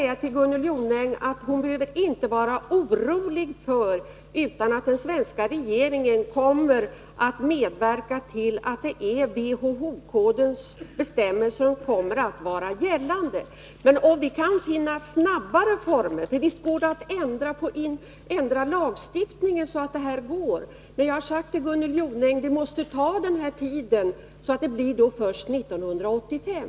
Gunnel Jonäng behöver inte vara orolig — den svenska regeringen kommer att medverka till att det blir WHO-kodens bestämmelser som skall gälla. Visst går det att ändra lagstiftningen, men det måste då ta den tid jag nämnde. Det kaå bli klart först 1985.